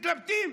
מתלבטים.